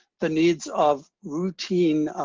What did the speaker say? the needs of routine